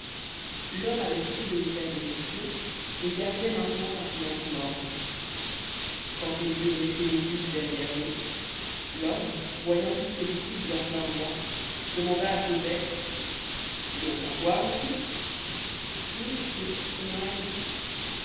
l'homme avait cessé de lui faire des questions et gardait maintenant un silence morne quand ils eurent laissé l'église derrière eux l'homme voyant toutes ces boutiques en plein vent demanda à cosette c'est donc la foire ici non monsieur c'est noël